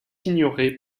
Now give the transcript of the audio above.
ignorée